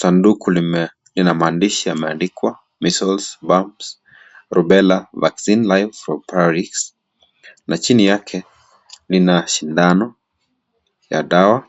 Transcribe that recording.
Sanduku lina mandisha yameandikwa measles, mumps, rubella, vaccine, live PRIORIX, na chini yake lina shindano ya dawa,